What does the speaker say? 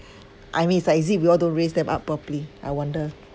I mean it's like is it we all don't raise them up properly I wonder